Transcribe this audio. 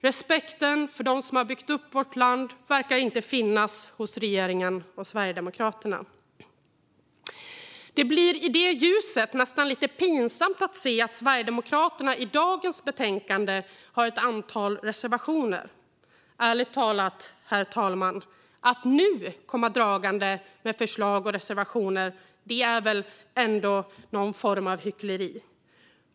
Respekten för dem som har byggt upp vårt land verkar inte finnas hos regeringen och Sverigedemokraterna. Det blir i det ljuset nästan lite pinsamt att se att Sverigedemokraterna i dagens betänkande har ett antal reservationer. Herr talman! Att nu komma dragande med förslag och reservationer är väl ändå, ärligt talat, någon form av hyckleri.